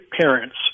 parents